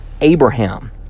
Abraham